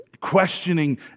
questioning